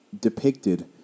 depicted